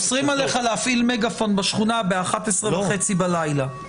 אוסרים עליך להפעיל מגפון בשכונה ב-23:30 בלילה.